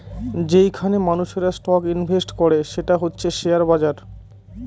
যেইখানে মানুষেরা stock invest করে সেটা হচ্ছে শেয়ার বাজার